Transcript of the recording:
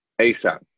ASAP